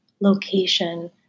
location